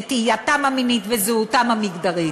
נטייתם המינית וזהותם המגדרית.